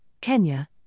Kenya